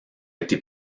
été